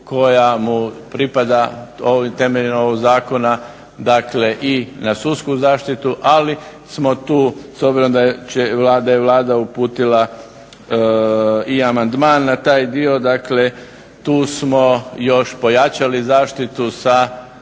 koja mu pripada temeljem ovoga zakona dakle i na sudsku zaštitu. Ali smo tu s obzirom da je Vlada uputila i amandman na taj dio dakle tu smo još pojačali zaštitu sa